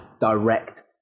direct